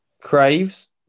Craves